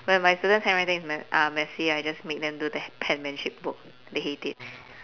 when my student's handwriting is mess~ uh messy I just make them do the penmanship book they hate it